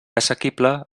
assequible